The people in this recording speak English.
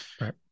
Right